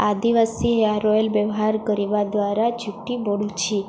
ଆଦିବାସୀ hair oil ବ୍ୟବହାର କରିବା ଦ୍ୱାରା ଚୁଟି ବଢ଼ୁଛି